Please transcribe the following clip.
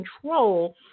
control